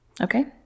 Okay